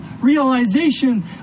realization